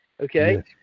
Okay